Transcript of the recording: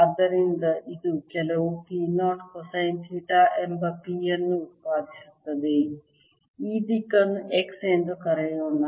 ಆದ್ದರಿಂದ ಇದು ಕೆಲವು P 0 ಕೊಸೈನ್ ಥೀಟಾ ಎಂಬ P ಅನ್ನು ಉತ್ಪಾದಿಸುತ್ತದೆ ಈ ದಿಕ್ಕನ್ನು x ಎಂದು ಕರೆಯೋಣ